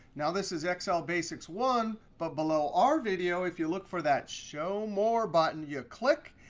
now, this is excel basic one. but below our video, if you look for that show more button, you click,